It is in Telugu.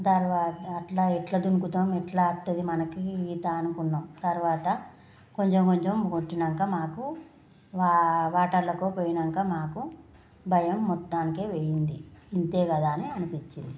తరవాత అలా ఎలా దుంకుంతాం ఎలా వస్తుంది మనకి ఈత అనుకున్నాం తరవాత కొంచెం కొంచెం కొట్టాక మాకు ఆ వాటర్లోకి పోయాక మాకు భయం మొత్తానికే పోయింది ఇంతే కదా అని అనిపించింది